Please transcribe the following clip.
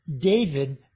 David